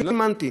לא האמנתי,